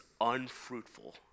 unfruitful